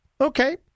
okay